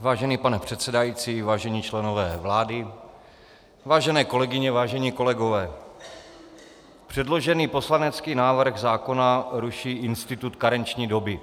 Vážený pane předsedající, vážení členové vlády, vážené kolegyně, vážení kolegové, předložený poslanecký návrh zákona ruší institut karenční doby.